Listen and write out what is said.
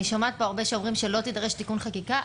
אני שומעת פה הרבה שאומרים שלא יידרש תיקון חקיקה.